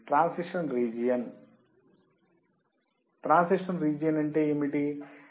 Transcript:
transition region transition region అంటే ఏమిటి